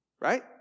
Right